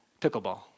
pickleball